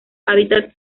hábitats